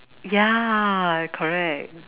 ya correct